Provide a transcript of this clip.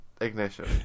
Ignition